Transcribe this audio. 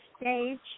stage